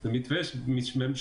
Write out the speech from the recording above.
זה מתווה ממשלתי,